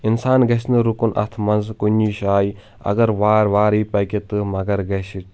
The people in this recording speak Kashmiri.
انسان گژھنہٕ رُکُن اتھ منٛزٕ کُنی شایہِ اگر وارٕ واری پکہِ تہٕ مگر گژھہِ